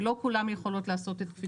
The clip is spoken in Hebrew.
שלא כולן יכולות לעשות את קפיצת הדרך.